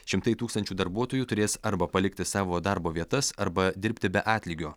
šimtai tūkstančių darbuotojų turės arba palikti savo darbo vietas arba dirbti be atlygio